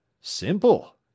Simple